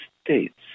states